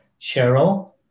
Cheryl